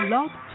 Love